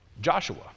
Joshua